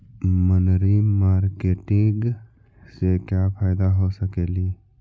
मनरी मारकेटिग से क्या फायदा हो सकेली?